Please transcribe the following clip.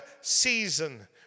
season